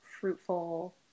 fruitful